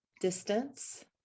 distance